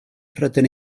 rydyn